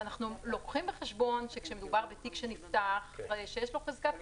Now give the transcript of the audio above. אנחנו לוקחים בחשבון שכשמדובר בתיק שנפתח עומדת לו חזקת החפות.